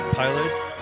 pilots